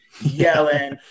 yelling